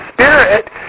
Spirit